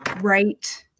right